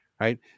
Right